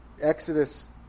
Exodus